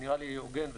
זה נראה לי הוגן וסביר.